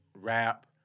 rap